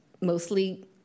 mostly